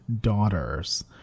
daughters